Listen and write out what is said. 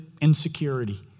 insecurity